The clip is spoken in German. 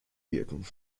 wirken